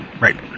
Right